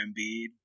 Embiid